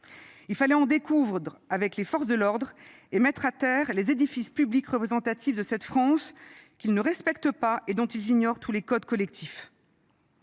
Il fallait en découdre avec les forces de l’ordre et mettre à terre les édifices publics représentatifs de cette France qu’ils ne respectent pas et dont ils ignorent tous les codes collectifs.